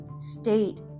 state